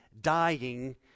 dying